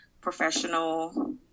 professional